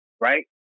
right